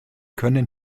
können